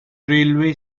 railway